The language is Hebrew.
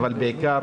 אבל בעיקר